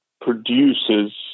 produces